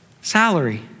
Salary